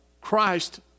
Christ